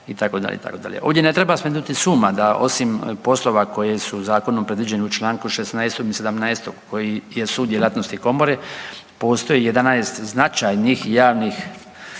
Ovdje ne treba smetnuti s uma da osim poslova koje su Zakonom predviđene u čl. 16 i 17 koji jesu djelatnosti Komore, postoji 11 značajnih javnih